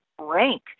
rank